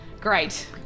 great